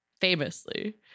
Famously